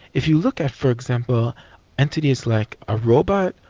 if you look at for example entities like a robot,